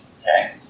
Okay